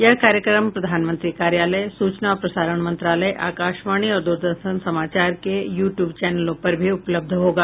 यह कार्यक्रम प्रधानमंत्री कार्यालय सूचना और प्रसारण मंत्रालय आकाशवाणी और द्रदर्शन समाचार के यू ट्यूब चैनलों पर भी उपलब्ध होगा